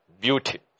beauty